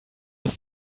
das